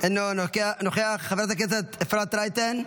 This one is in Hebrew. אינו נוכח, חברת הכנסת אפרת רייטן,